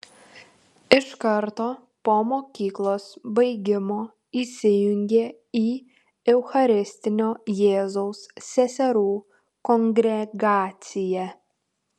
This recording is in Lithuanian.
iš karto po mokyklos baigimo įsijungė į eucharistinio jėzaus seserų kongregaciją